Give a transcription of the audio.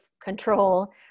control